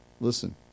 Listen